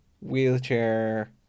wheelchair